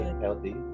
healthy